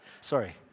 sorry